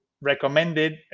recommended